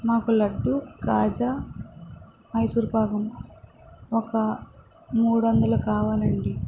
నాకు లడ్డు కాజా మైసూర్పాకు ఒక మూడు వందలు కావాలండి